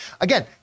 Again